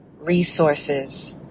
resources